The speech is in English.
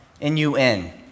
N-U-N